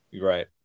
Right